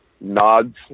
nods